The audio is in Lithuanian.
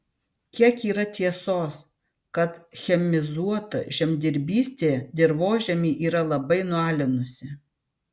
kiek yra tiesos kad chemizuota žemdirbystė dirvožemį yra labai nualinusi